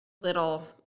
little